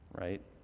right